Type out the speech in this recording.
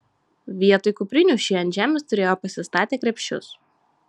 vietoj kuprinių šie ant žemės turėjo pasistatę krepšius